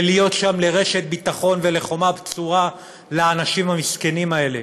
ולהיות שם לרשת ביטחון ולחומה בצורה לאנשים המסכנים האלה,